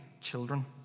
children